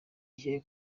igihe